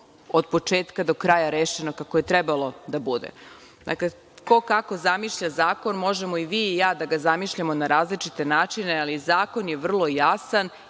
od početka do kraja rešeno kako je trebalo da bude. Dakle, ko kako zamišlja zakon, možemo i vi i ja da ga zamišljamo na različite načine, ali zakon je vrlo jasan,